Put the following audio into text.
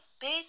Big